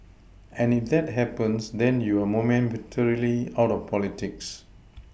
and if that happens then you're momentarily out of politics